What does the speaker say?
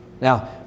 Now